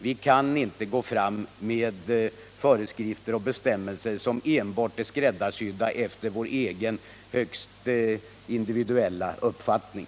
Vi kan inte leva med föreskrifter och bestämmelser som är skräddarsydda enbart efter vår egen högst individuella uppfattning.